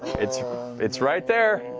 it's it's right there.